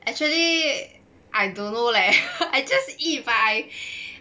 actually I don't know leh I just eat but I